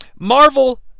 Marvel